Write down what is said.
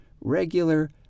regular